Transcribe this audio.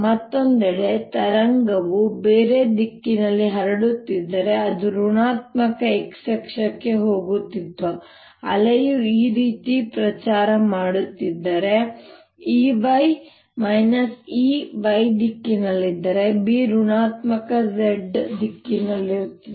ಮತ್ತೊಂದೆಡೆ ತರಂಗವು ಬೇರೆ ರೀತಿಯಲ್ಲಿ ಹರಡುತ್ತಿದ್ದರೆ ಅದು ಋಣಾತ್ಮಕ x ಅಕ್ಷಕ್ಕೆ ಹೋಗುತ್ತಿತ್ತು ಅಲೆಯು ಈ ರೀತಿ ಪ್ರಚಾರ ಮಾಡುತ್ತಿದ್ದರೆ ನಂತರ E y E y ದಿಕ್ಕಿನಲ್ಲಿದ್ದರೆ B ಋಣಾತ್ಮಕ z ದಿಕ್ಕಿನಲ್ಲಿರುತ್ತದೆ